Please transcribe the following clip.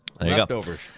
Leftovers